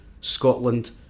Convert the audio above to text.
Scotland